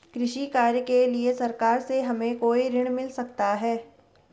कृषि कार्य के लिए सरकार से हमें कोई ऋण मिल सकता है?